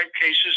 cases